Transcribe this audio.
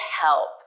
help